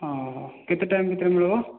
ହଁ କେତେ ଟାଇମ୍ ଭିତରେ ମିଳିବ